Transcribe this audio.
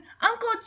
Uncle